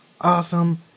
awesome